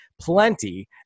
plenty